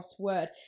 crossword